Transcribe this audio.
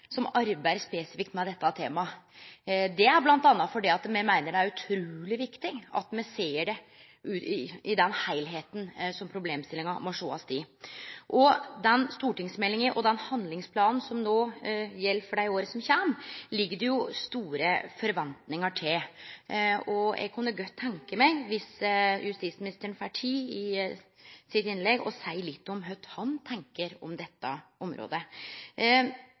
som arbeider spesifikt med dette temaet. Det er bl.a. fordi me meiner det er utruleg viktig at me ser det i den heilskapen som problemstillinga må sjåast i. Det er store forventningar til stortingsmeldinga og handlingsplanen som gjeld for dei kommande åra, og eg kunne godt ønskje meg at justisministeren – viss han får tid i innlegget sitt – seier litt om kva han tenkjer om dette området.